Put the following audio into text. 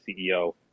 CEO